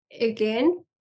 again